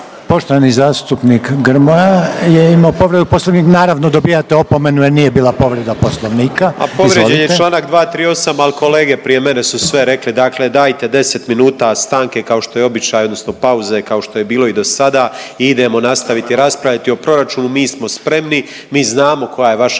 Poštovani zastupnik Grmoja je imao povredu Poslovnika. Naravno dobijate opomenu jer nije bila povreda Poslovnika. Izvolite. **Grmoja, Nikola (MOST)** Povrijeđen je članak 238. ali kolege prije mene su sve rekle, dakle dajte 10 minuta stanke kao što je običaj, odnosno pauze kao što je bilo i do sada i idemo nastaviti, raspraviti o proračunu. Mi smo spremni, mi znamo koja je vaša